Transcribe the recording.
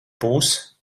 būs